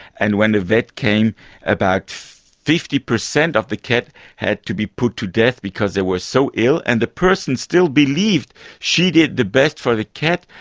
and when a vet came about fifty percent of the cats had to be put to death because they were so ill. and the person still believed she did the best for the cats,